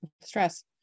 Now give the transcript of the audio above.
stress